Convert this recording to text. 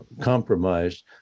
compromised